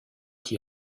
qui